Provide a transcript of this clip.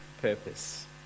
purpose